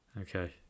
Okay